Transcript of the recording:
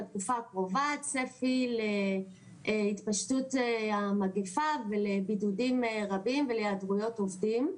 בתקופה הקרובה צפי להתפשטות המגיפה ולבידודים רבים ולהיעדרויות עובדים.